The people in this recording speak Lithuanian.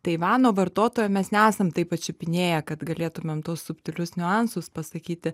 taivano vartotojo mes nesam taip pačiupinėję kad galėtumėm tuos subtilius niuansus pasakyti